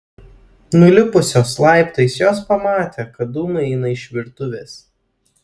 nulipusios laiptais jos pamatė kad dūmai eina iš virtuvės